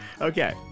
Okay